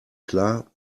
klar